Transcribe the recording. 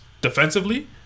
Defensively